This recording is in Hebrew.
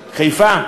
חיפה.